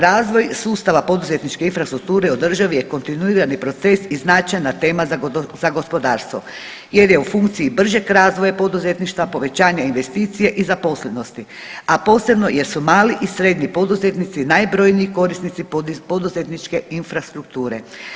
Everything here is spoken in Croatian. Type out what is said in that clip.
Razvoj sustava poduzetničke infrastrukture održiv je kontinuirani proces i značajna tema za gospodarstvo jer je u funkciji bržeg razvoja poduzetništva povećanja investicije i zaposlenosti a posebno jer su mali i srednji poduzetnici najbrojniji korisnici poduzetničke infrastrukture.